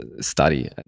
study